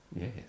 Yes